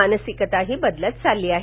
मानसिकताही बदलत चालली आहे